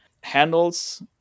handles